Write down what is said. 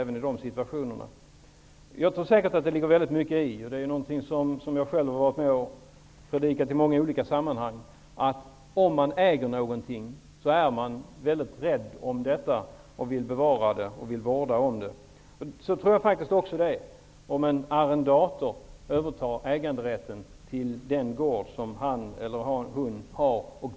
Det ligger säkert mycket i -- det har jag också predikat i många olika sammanhang -- att om man äger någonting så är man mycket rädd om detta. Man vill vårda och bevara det. Så tror jag faktiskt också att det är om en arrendator övertar äganderätten till den gård som han eller hon brukar.